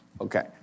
Okay